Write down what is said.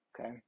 Okay